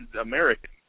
Americans